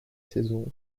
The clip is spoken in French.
saison